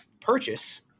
purchase